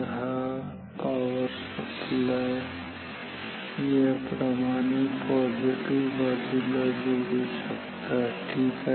हा power supply याप्रमाणे positive बाजूला जोडू शकता ठीक आहे